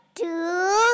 two